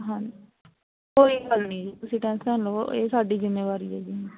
ਹਾਂਜੀ ਕੋਈ ਗੱਲ ਨਹੀਂ ਜੀ ਤੁਸੀਂ ਟੈਨਸ਼ਨ ਨਾ ਲਓ ਇਹ ਸਾਡੀ ਜ਼ਿੰਮੇਵਾਰੀ ਆ ਜੀ